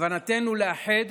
כוונתנו לאחד